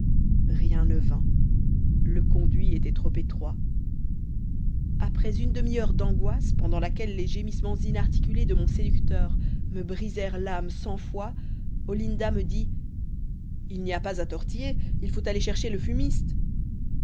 rien ne vint le conduit était trop étroit après une demi-heure d'angoisse pendant laquelle les gémissements inarticulés de mon séducteur me brisèrent l'âme cent fois olinda me dit il n'y a pas à tortiller il faut aller chercher le fumiste